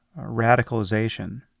radicalization